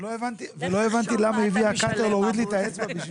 ולא הבנתי למה היא הביאה קאטר להוריד לי את האצבע,